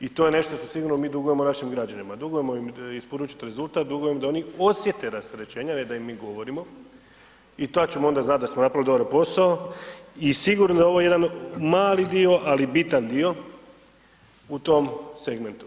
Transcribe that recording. I to je nešto što sigurno mi dugujemo našim građanima, dugujemo im isporučiti rezultat, dugujemo im da oni osjete rasterećenje, a ne da im mi govorimo i tad ćemo onda znati da smo napravili dobar posao i sigurno je ovo jedan mali dio, ali bitan dio u tom segmentu.